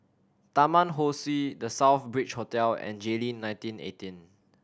Taman Ho Swee The Southbridge Hotel and Jayleen nineteen eighteen